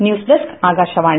news desk Akashvani